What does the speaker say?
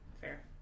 fair